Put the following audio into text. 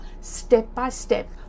step-by-step